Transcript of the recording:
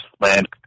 land